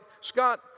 Scott